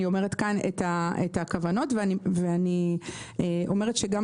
אני אומרת כאן את הכוונות ואני אומרת שגם